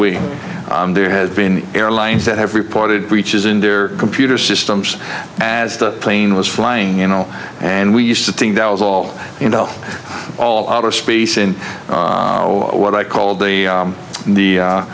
we there has been airlines that have reported breaches in their computer systems as the plane was flying you know and we used to think that was all you know all outer space in what i called the